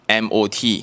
MOT